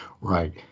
Right